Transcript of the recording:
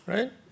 Right